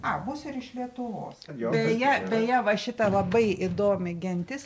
a bus ir iš lietuvos beje beje va šita labai įdomi gentis